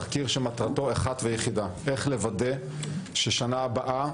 שמטרתו אחת ויחידה: לוודא שבשנה הבאה